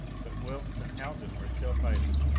but wilks and haljan were still fighting.